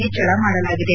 ಹೆಚ್ಚಳ ಮಾಡಲಾಗಿದೆ